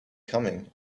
coming